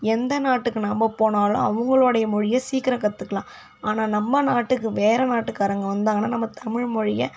எந்த நாட்டுக்கு நம்ம போனாலும் அவுங்களோட மொழியை சீக்கிரம் கத்துக்கலாம் ஆனால் நம்ம நாட்டுக்கு வேற நாட்டுக்காரங்க வந்தாங்கனா நம்ம தமிழ் மொழியை